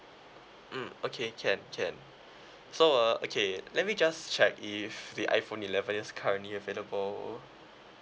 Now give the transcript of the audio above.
mm okay can can so uh okay let me just check if the iphone eleven is currently available